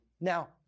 Now